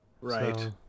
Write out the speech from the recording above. Right